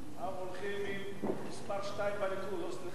ההצעה לכלול את הנושא בסדר-היום של